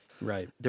Right